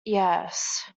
yes